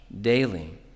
daily